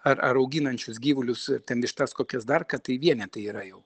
ar ar auginančius gyvulius ten vištas kokias dar ką tai vienetai yra jau